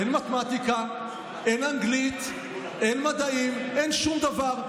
אין מתמטיקה, אין אנגלית, אין מדעים, אין שום דבר.